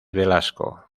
velasco